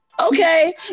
okay